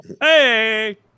Hey